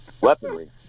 weaponry